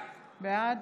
בעד